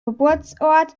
geburtsort